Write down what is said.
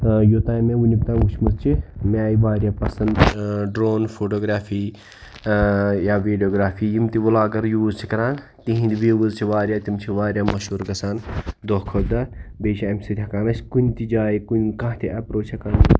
ٲں یوٚتانۍ مےٚ وُنیُک تانۍ وُچھمٕژ چھِ مےٚ آیہِ واریاہ پَسنٛد ٲں ڈرٛوٗن فوٗٹوٗگرٛافی ٲں یا ویٖڈیوگرٛافی یِم تہِ وُلاگر یوٗز چھِ کَران تِہِنٛدۍ وِوٕز چھِ واریاہ تِم چھِ واریاہ مشہوٗر گژھان دۄہ کھۄتہٕ دۄہ بیٚیہِ چھِ اَمہِ سۭتۍ ہیٚکان أسۍ کُنہِ تہِ جایہِ کُنہِ کانٛہہ تہِ ایٚپروچ ہیٚکان